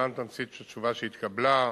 ולהלן תמצית התשובה שהתקבלה: